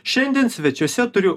šiandien svečiuose turiu